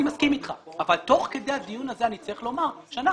אני מסכים אתך אבל תוך כדי הדיון הזה אני צריך לומר שאנחנו